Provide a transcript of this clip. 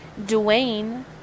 Dwayne